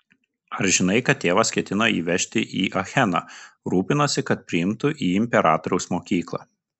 ar žinai kad tėvas ketino jį vežti į acheną rūpinosi kad priimtų į imperatoriaus mokyklą